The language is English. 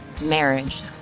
marriage